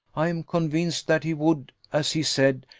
i am convinced that he would, as he said,